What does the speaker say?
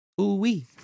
Ooh-wee